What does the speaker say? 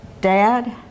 Dad